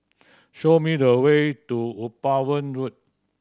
show me the way to Upavon Road